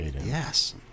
yes